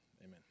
amen